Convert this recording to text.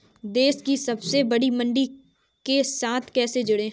देश की सबसे बड़ी मंडी के साथ कैसे जुड़ें?